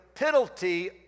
Penalty